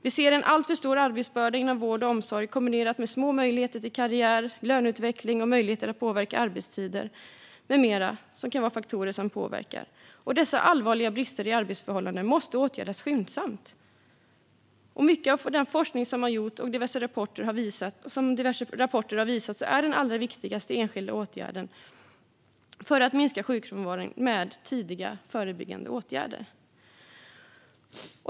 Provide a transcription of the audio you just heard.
Vi ser en alltför stor arbetsbörda inom vård och omsorg, kombinerat med små möjligheter till att göra karriär, dålig löneutveckling, liten möjlighet att påverka arbetstider med mera. Det kan vara faktorer som påverkar, och dessa allvarliga brister i arbetsförhållanden måste åtgärdas skyndsamt. Enligt mycket av den forskning som har gjorts och som diverse rapporter har visat är den allra viktigaste enskilda åtgärden för att minska sjukfrånvaron tidiga förebyggande åtgärder.